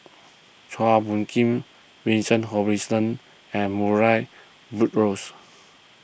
Chua Phung Kim Vincent Hoisington and Murray Buttrose